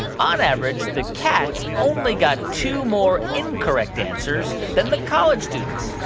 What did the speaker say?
on average, the cats only got two more incorrect answers than the college students?